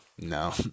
No